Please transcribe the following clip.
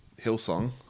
Hillsong